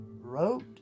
wrote